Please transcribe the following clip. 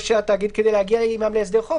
על היכרות של התהליכים,